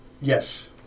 Yes